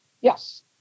Yes